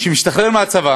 שמשתחרר מהצבא